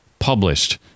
published